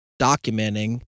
documenting